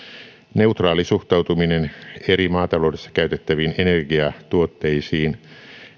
neutraali suhtautuminen maataloudessa käytettäviin eri energiatuotteisiin